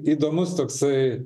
įdomus toksai